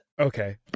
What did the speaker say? Okay